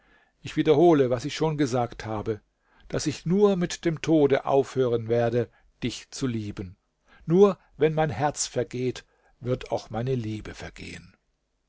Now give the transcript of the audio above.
ich wiederhole was ich schon gesagt habe daß ich nur mit dem tode aufhören werde dich zu lieben nur wenn mein herz vergeht wird auch meine liebe vergehen